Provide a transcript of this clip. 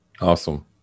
Awesome